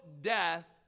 death